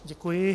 Děkuji.